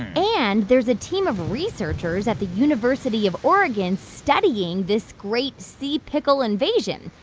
and there's a team of researchers at the university of oregon studying this great sea pickle invasion.